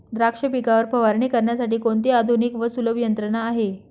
द्राक्ष पिकावर फवारणी करण्यासाठी कोणती आधुनिक व सुलभ यंत्रणा आहे?